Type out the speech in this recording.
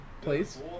Please